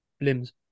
limbs